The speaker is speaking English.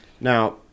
Now